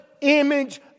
image